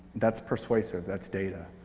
that's persuasive, that's data.